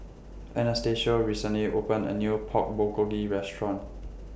Anastacio recently opened A New Pork Bulgogi Restaurant